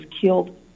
killed